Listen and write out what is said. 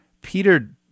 Peter